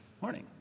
Morning